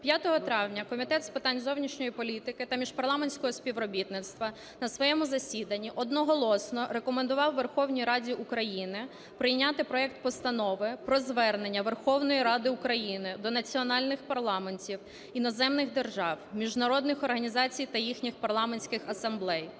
5 травня Комітет з питань зовнішньої політики та міжпарламентського співробітництва на своєму засіданні одноголосно рекомендував Верховній Раді України прийняти проект Постанови про Звернення Верховної Ради України до національних парламентів іноземних держав, міжнародних організацій та їхніх парламентських асамблей